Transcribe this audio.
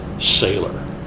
Sailor